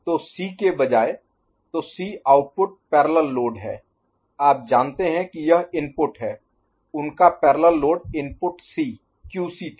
तो C के बजाय तो C आउटपुट पैरेलल लोड है आप जानते हैं कि यह इनपुट है उनका parallel load input C QC था